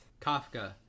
Kafka